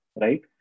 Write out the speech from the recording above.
right